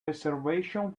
reservation